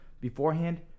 beforehand